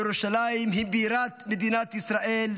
ירושלים היא בירת מדינת ישראל,